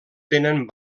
tenen